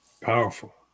Powerful